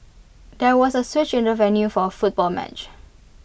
there was A switch in the venue for A football match